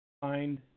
find